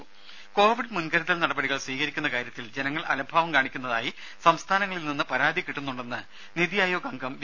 രേര കോവിഡ് മുൻകരുതൽ നടപടികൾ സ്വീകരിക്കുന്ന കാര്യത്തിൽ ജനങ്ങൾ അലംഭാവം കാണിക്കുന്നതായി സംസ്ഥാനങ്ങളിൽ നിന്ന് പരാതി കിട്ടുന്നുണ്ടെന്ന് നിതി ആയോഗ് അംഗം വി